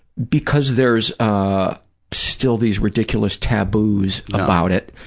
because there's ah still these ridiculous taboos about it,